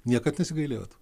niekad nesigailėjot